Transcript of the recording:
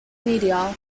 media